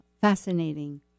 fascinating